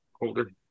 holder